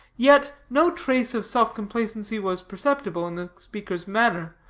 yet no trace of self-complacency was perceptible in the speaker's manner,